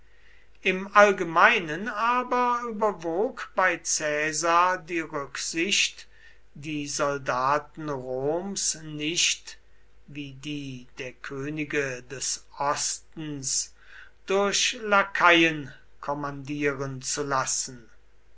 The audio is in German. im allgemeinen aber überwog bei caesar die rücksicht die soldaten roms nicht wie die der könige des ostens durch lakaien kommandieren zu lassen